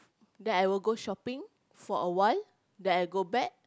then I will go shopping for awhile then I'll go back